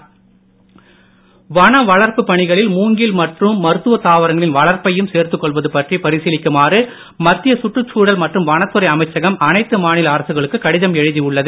வன வளர்ப்பு வன வளர்ப்பு பணிகளில் மூங்கில் மற்றும் மருத்துவ தாவரங்களின் வளர்ப்பையும் சேர்த்துக் கொள்வது பற்றி பரிசீலிக்குமாறு மத்திய சுற்றுச்சூழல் மற்றும் வனத்துறை அமைச்சகம் அனைத்து மாநில அரசுகளுக்கு கடிதம் எழுதி உள்ளது